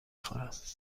خورم